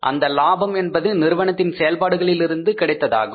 அந்த லாபம் என்பது நிறுவனத்தின் செயல்பாடுகளில் இருந்து கிடைப்பதாகும்